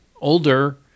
older